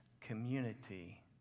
community